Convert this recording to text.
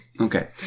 Okay